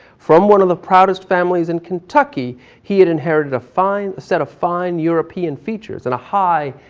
from one of the proudest families in kentucky, he had inherited a fine, set of fine european features and a high,